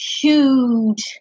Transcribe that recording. huge